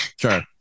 Sure